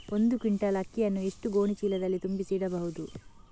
ಒಂದು ಕ್ವಿಂಟಾಲ್ ಅಕ್ಕಿಯನ್ನು ಎಷ್ಟು ಗೋಣಿಚೀಲದಲ್ಲಿ ತುಂಬಿಸಿ ಇಡಬಹುದು?